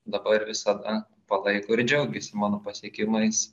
dabar visada palaiko ir džiaugiasi mano pasiekimais